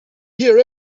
hear